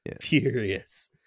furious